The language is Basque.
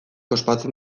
ospatzen